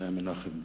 זה היה מנחם בגין.